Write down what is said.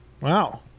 Wow